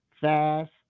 fast